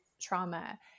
trauma